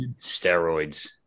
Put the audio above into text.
steroids